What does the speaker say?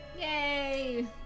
Yay